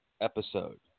episode